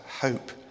hope